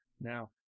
Now